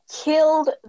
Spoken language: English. killed